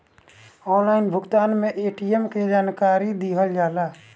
Online भुगतान में ATM के जानकारी दिहल जाला?